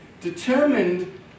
determined